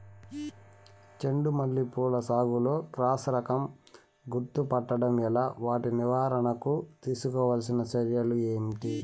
చెండు మల్లి పూల సాగులో క్రాస్ రకం గుర్తుపట్టడం ఎలా? వాటి నివారణకు తీసుకోవాల్సిన చర్యలు ఏంటి?